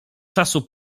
czasu